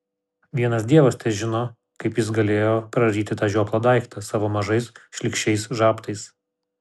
vienas dievas težino kaip jis galėjo praryti tą žioplą daiktą savo mažais šlykščiais žabtais